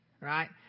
right